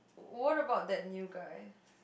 what about that new guy